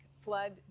Flood